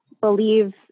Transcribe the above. believe